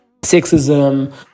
sexism